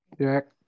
Jack